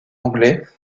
anglais